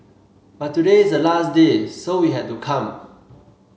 but today is the last day so we had to come